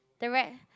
the re~